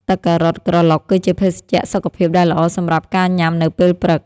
ទឹកការ៉ុតក្រឡុក គឺជាភេសជ្ជៈសុខភាពដែលល្អសម្រាប់ការញ៉ាំនៅពេលព្រឹក។